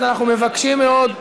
אני רוצה לעזור להם.